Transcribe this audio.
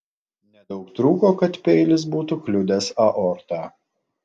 nedaug trūko kad peilis būtų kliudęs aortą